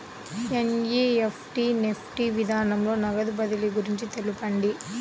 NEFT NEFT విధానంలో నగదు బదిలీ గురించి తెలుపండి?